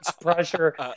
pressure